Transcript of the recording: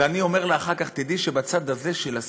ואני אומר לה אחר כך, תדעי שבצד הזה, של השמאל,